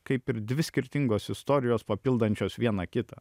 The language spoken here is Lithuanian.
kaip ir dvi skirtingos istorijos papildančios viena kitą